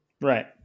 Right